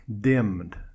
dimmed